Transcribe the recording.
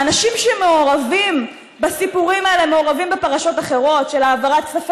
האנשים שמעורבים בסיפורים האלה מעורבים בפרשות אחרות של העברת כספי